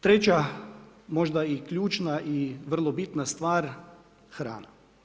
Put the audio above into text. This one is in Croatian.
Treća možda i ključna i vrlo bitna stvar, hrana.